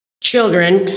children